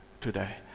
today